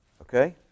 Okay